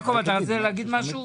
יעקב, אתה רצית להגיד משהו?